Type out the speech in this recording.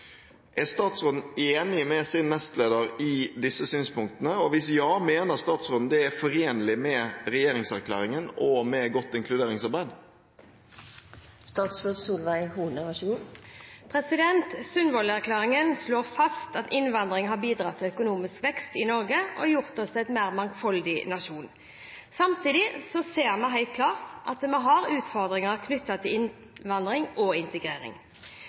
Er statsråden enig med sin nestleder i disse synspunktene, og hvis ja, mener statsråden det er forenlig med regjeringserklæringen og godt inkluderingsarbeid?» Sundvolden-erklæringen slår fast at innvandring har bidratt til økonomisk vekst i Norge og gjort oss til en mer mangfoldig nasjon. Samtidig ser vi helt klart at vi har utfordringer knyttet til innvandring og integrering.